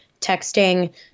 texting